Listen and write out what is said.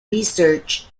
research